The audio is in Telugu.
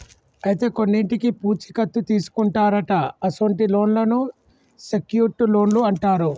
అయితే కొన్నింటికి పూచీ కత్తు తీసుకుంటారట అసొంటి లోన్లను సెక్యూర్ట్ లోన్లు అంటారు